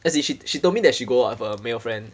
as in she she told me that she go out with her male friend